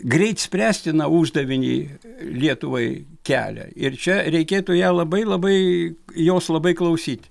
greit spręstiną uždavinį lietuvai kelia ir čia reikėtų ją labai labai jos labai klausyt